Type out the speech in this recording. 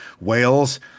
Wales